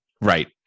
right